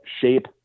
shape